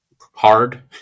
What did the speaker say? hard